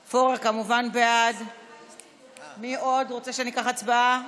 פורר, כמובן בעד, מי עוד רוצה שאני אקח הצבעה?